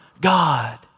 God